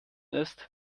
ist